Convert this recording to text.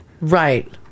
right